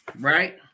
right